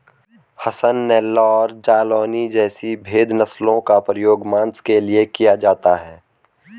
हसन, नेल्लौर, जालौनी जैसी भेद नस्लों का प्रयोग मांस के लिए किया जाता है